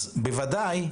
אז בוודאי,